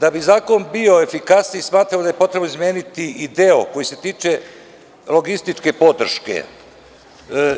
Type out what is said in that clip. Da bizakon bio efikasniji smatramo da je potrebno izmeniti i deo koji se tiče logističke podrške